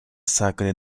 sacre